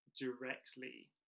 directly